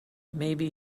maybe